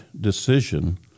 decision